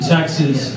Texas